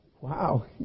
Wow